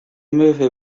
movie